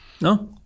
No